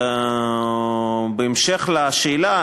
בהמשך לשאלה,